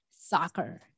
soccer